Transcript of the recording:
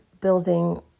building